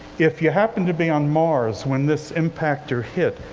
if you happened to be on mars when this impactor hit,